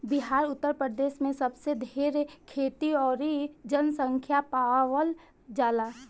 बिहार उतर प्रदेश मे सबसे ढेर खेती अउरी जनसँख्या पावल जाला